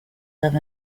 love